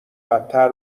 بدتر